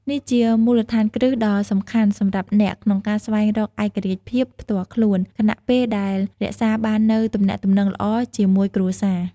នេះជាមូលដ្ឋានគ្រឹះដ៏សំខាន់សម្រាប់អ្នក ក្នុងការស្វែងរកឯករាជ្យភាពផ្ទាល់ខ្លួន ខណៈពេលដែលរក្សាបាននូវទំនាក់ទំនងល្អជាមួយគ្រួសារ។